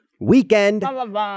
weekend